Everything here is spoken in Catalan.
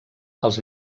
els